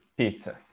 pizza